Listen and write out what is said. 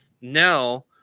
Now